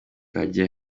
kajya